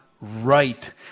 right